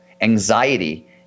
anxiety